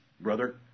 brother